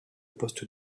poste